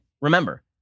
remember